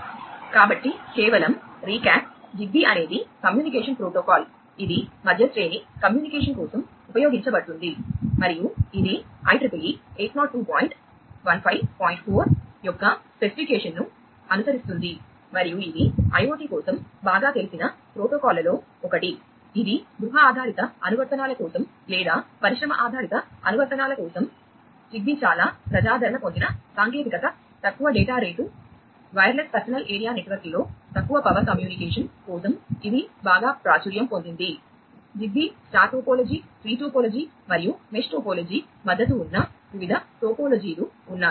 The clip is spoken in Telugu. కాబట్టి కేవలం రీక్యాప్ మద్దతు ఉన్న వివిధ టోపోలాజీలు ఉన్నాయి